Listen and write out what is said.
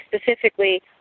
specifically